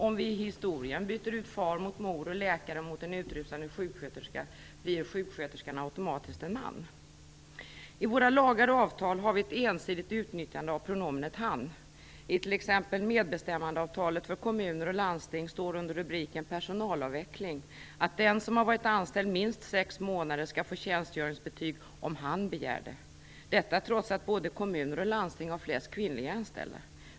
Om vi i historien byter ut far mot mor och läkaren mot en utrusande sjuksköterska - blir sjuksköterskan automatiskt en man? I våra lagar och avtal har vi ett ensidigt utnyttjande av pronomenet han. I t.ex. medbestämmandeavtalet för kommuner och landsting står under rubriken Personalavveckling att den som varit anställd minst sex månader skall få tjänstgöringsbetyg om han begär det. Detta trots att både kommuner och landsting har flest kvinnliga anställda.